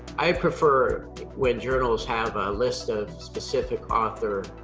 i prefer when journals have a list of specific author